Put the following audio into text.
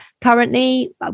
currently